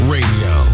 Radio